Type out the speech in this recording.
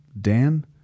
Dan